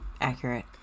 accurate